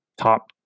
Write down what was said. top